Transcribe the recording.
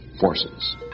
forces